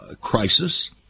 crisis